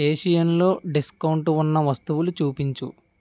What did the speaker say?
Asian లో discount ఉన్న వస్తువులు చూపించు